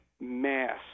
mass